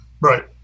Right